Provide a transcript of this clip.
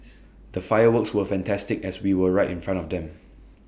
the fireworks were fantastic as we were right in front of them